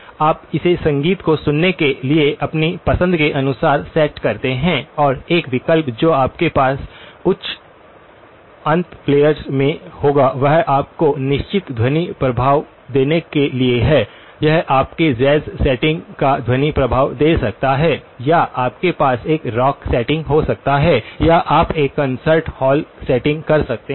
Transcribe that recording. आप इसे संगीत को सुनने के लिए अपनी पसंद के अनुसार सेट करते हैं और एक विकल्प जो आपके पास उच्च अंत प्लेयर्स में होगा वह आपको निश्चित ध्वनि प्रभाव देने के लिए है यह आपको जैज़ सेटिंग का ध्वनि प्रभाव दे सकता है या आपके पास एक रॉक सेटिंग हो सकता है या आप एक कॉन्सर्ट हॉल सेटिंग कर सकते हैं